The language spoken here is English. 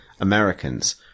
americans